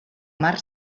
mar